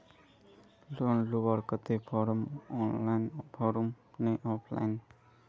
Loan लुबार केते form online भरुम ने ऑफलाइन?